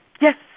Yes